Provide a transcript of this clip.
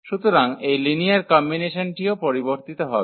সুতরাং এই লিনিয়ার কম্বিনেশনটিও পরিবর্তিত হবে